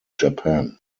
japan